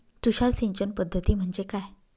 तुषार सिंचन पद्धती म्हणजे काय?